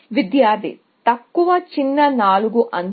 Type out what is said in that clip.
విద్యార్థి తక్కువ చిన్న నాలుగు ఎడ్జ్ లు